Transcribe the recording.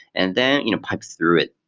and then you know pipe through it.